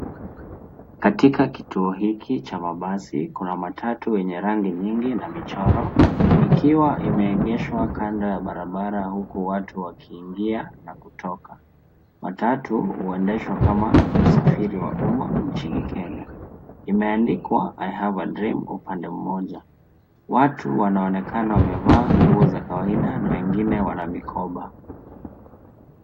Katika kituo hiki cha mabasi kuna matatu yenye rangi nyingi na michoro ikiwa imeegeshwa kando ya barabara huku watu wakiingia na kutoka. Matatu huendeshwa kama usafiri wa umma nchini Kenya. Imeandikwa I have a dream upande mmoja. Watu wanaonekana wamevaa nguo za kawaida na wengine wana mikoba.